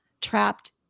trapped